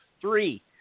Three